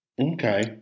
Okay